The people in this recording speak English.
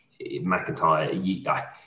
mcintyre